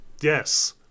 Yes